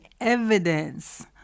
evidence